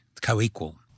co-equal